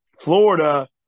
Florida